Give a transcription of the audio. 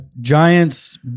Giants